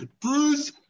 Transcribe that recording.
bruce